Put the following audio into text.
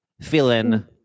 feeling